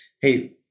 hey